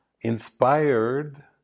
inspired